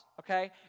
okay